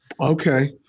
Okay